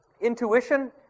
Intuition